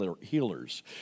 healers